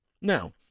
Now